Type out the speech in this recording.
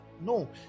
no